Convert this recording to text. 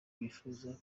bifuza